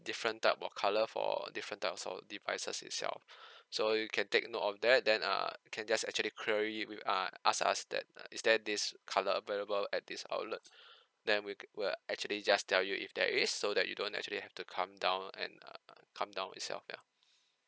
different type of colour for a different type of sort devices itself so you can take note of that then uh you can just actually query with uh ask us that uh is there this colour available at this outlet then we c~ we'll actually just tell you if there is so that you don't actually have to come down and err come down yourself ya